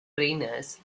trainers